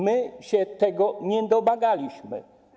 My się tego nie domagaliśmy.